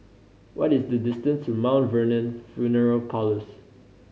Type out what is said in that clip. what is the distance to Mount Vernon Funeral Parlours